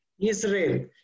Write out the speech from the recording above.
Israel